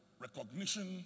recognition